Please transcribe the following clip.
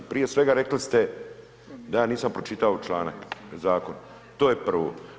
Prije svega rekli ste da ja nisam pročitao članak, zakon, to je prvo.